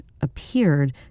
appeared